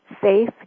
safe